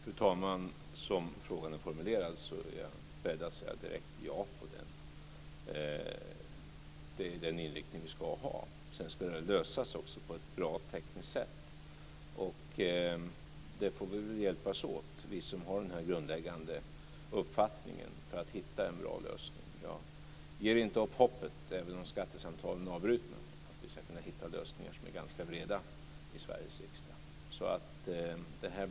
Fru talman! Som frågan är formulerad är jag beredd att direkt säga ja. Det är den inriktning vi ska ha. Sedan ska den lösas på ett tekniskt bra sätt. Vi som har den här grundläggande uppfattningen får väl hjälpas åt för att hitta en bra lösning. Jag ger inte upp hoppet, även om skattesamtalen är avbrutna, att vi i Sveriges riksdag ska kunna hitta lösningar som är ganska breda.